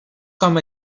com